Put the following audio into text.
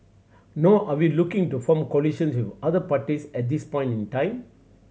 nor are we looking to form coalitions with other parties at this point in time